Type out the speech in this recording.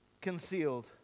concealed